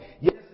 yes